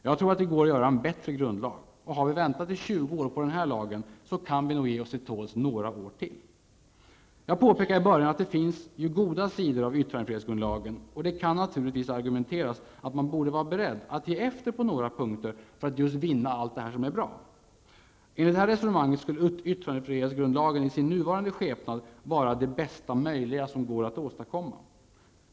Jag tror att det går att göra en bättre grundlag och har vi väntat i 20 år på den så kan vi säkert ge oss till tåls i några år till. Jag påpekade i början att det finns goda sidor av yttrandefrihetsgrundlagen, och det kan naturligtvis sägas att man borde vara beredd att ge efter på några punkter för att vinna just dessa fördelar. Enligt detta resonemang skulle yttrandefrihetsgrundlagen i sin nuvarande skepnad vara det bästa möjliga som går att åstakomma.